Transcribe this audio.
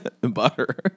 butter